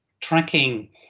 tracking